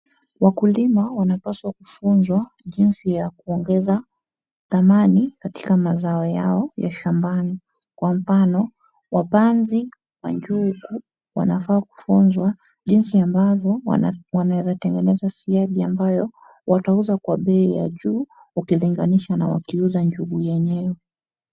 Wakulima wanapaswa kufunzwa jinsi ya kuongeza thamani katika mazao yao ya shambani. Kwa mfano, wapanzi wa njugu wanafaa kufunzwa jinsi ambavyo wanaweza tengeneza siagi ambayo watauza kwa bei ya juu ukilinganisha wakiuza njugu yenyewe.